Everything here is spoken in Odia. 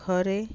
ଘରେ